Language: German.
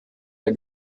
der